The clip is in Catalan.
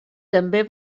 també